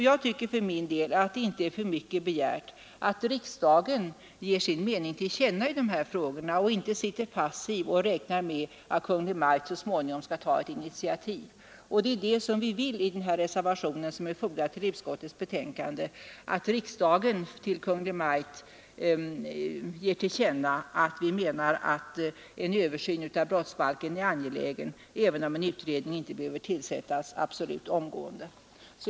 Jag tycker inte att det är för mycket begärt att riksdagen ger sin mening till känna i dessa frågor i stället för att sitta passiv och räkna med att Kungl. Maj:t så småningom skall ta ett initiativ. I den reservation som är fogad till utskottets betänkande hemställer vi därför att riksdagen till Kungl. Maj:t som sin mening skall ge till känna att en översyn av brottsbalken är angelägen, även om en utredning inte behöver tillsättas omgående.